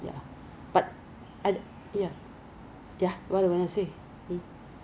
so 那个杯 even 你动那个 handle right it's it's 冷的 then they put the ice cream lor